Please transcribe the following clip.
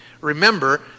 remember